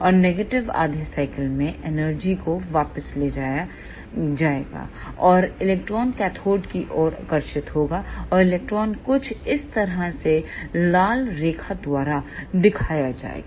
और नेगेटिव आधे साइकिल में एनर्जी को वापस ले जाया जाएगा और इलेक्ट्रॉन कैथोड की ओर आकर्षित होगा और इलेक्ट्रॉन कुछ इस तरह से लाल रेखा द्वारा दिखाया जाएगा